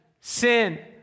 sin